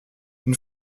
une